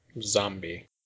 zombie